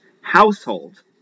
household